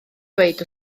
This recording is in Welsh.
dweud